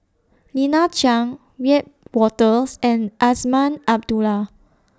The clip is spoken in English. Lina Chiam Wiebe Wolters and Azman Abdullah